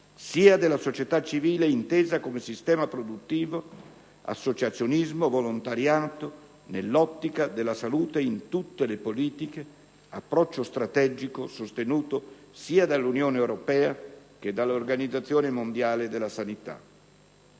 sia della società civile intesa come sistema produttivo, associazionismo, volontariato, nell'ottica della «salute in tutte le politiche», approccio strategico sostenuto sia dall'Unione europea che dall'Organizzazione mondiale della sanità.